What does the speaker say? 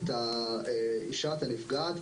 הקמפיין הוא בעיקר בשני נושאים,